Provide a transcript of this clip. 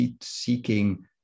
seeking